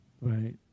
right